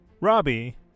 Robbie